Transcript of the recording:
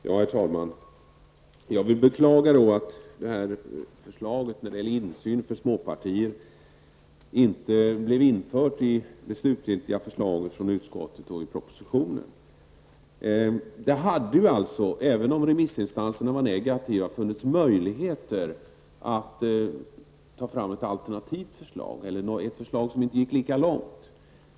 Herr talman! Jag beklagar att förslaget om insyn för småpartier inte blev infört i propositionen och i det slutliga förslaget från utskottet. Även om remissinstanserna var negativa, hade det funnits möjlighet att ta fram ett förslag som inte gick lika långt.